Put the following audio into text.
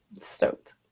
Stoked